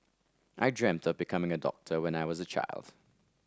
I dreamt of becoming a doctor when I was a child